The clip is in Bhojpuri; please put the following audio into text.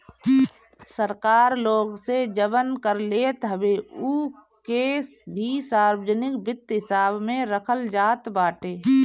सरकार लोग से जवन कर लेत हवे उ के भी सार्वजनिक वित्त हिसाब में रखल जात बाटे